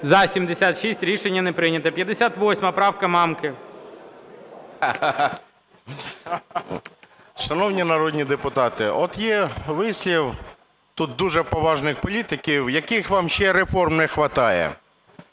За-76 Рішення не прийнято. 58 правка, Мамки. 13:42:21 МАМКА Г.М. Шановні народні депутати, от є вислів тут дуже поважних політиків: "яких вам ще реформ не хватає?".